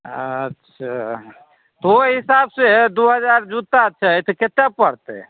आच्छा ओहि हिसाबसे दू हजार जुत्ता छै तऽ केतेक पड़तै